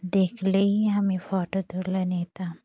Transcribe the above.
দেখলেই আমি ফটো তুলে নিতাম